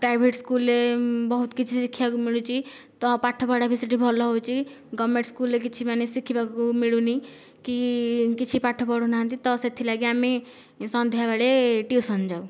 private ସ୍କୁଲରେ ବହୁତ କିଛି ଶିଖିବାକୁ ମିଳୁଛି ତ ପାଠ ପଢ଼ା ବି ସେଠି ଭଲ ହେଉଛି ଗମେଣ୍ଟ ସ୍କୁଲରେ ଶିଖିବାକୁ କିଛି ମାନେ ଶିଖିବାକୁ ମିଳୁନି କି କିଛି ପାଠ ପଢ଼ୁନାହାନ୍ତି ତ ସେଥିଲାଗି ଆମେ ସନ୍ଧ୍ୟାବେଳେ ଟ୍ୟୁସନ ଯାଉ